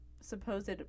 supposed